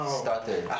started